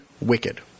wicked